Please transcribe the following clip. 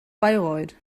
bayreuth